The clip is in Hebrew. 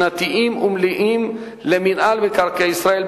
שנתיים ומלאים למינהל מקרקעי ישראל,